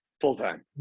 full-time